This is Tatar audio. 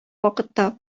вакытта